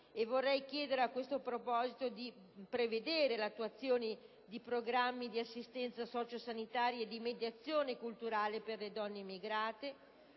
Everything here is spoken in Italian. vorrei chiedere di prevedere l'attuazione di programmi di assistenza socio-sanitaria e di mediazione culturale per le donne immigrate;